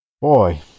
Boy